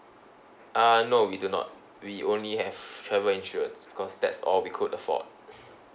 uh no we do not we only have travel insurance because that's all we could afford